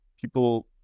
people